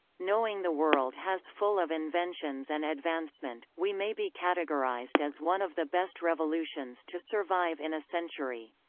knowing the world has full of inventions and advancement, we may be categorized as one of the best revolutions to survive in a century.